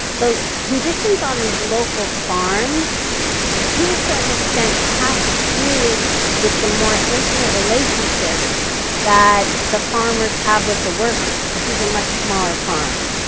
the conditions on these local farms to a certain extent, have to do with the more intimate relationships that the farmers have with the workers. cause these are much smaller farms.